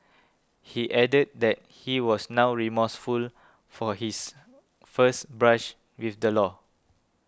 he added that he was now remorseful for his first brush with the law